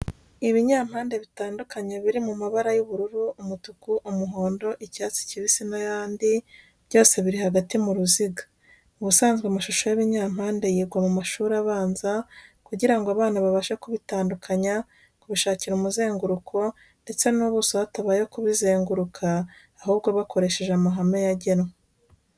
Ibinyampande bitandukanye biri mu mabara y'ubururu, umutuku, umuhondo, icyatsi kibisi n'ayandi, byose biri hagati mu ruziga. Mu busanzwe amashusho y'ibinyampande yigwa mu mashuri abanza kugira ngo abana babashe kubitandukanya, kubishakira umuzenguruko ndetse n'ubuso hatabaye kubizenguruka, ahubwo bakoresha amahame yagenwe.